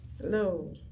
Hello